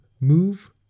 move